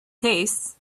tastes